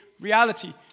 reality